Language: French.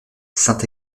saint